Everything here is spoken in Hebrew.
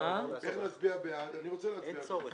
אני רוצה להצביע בעד.